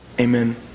Amen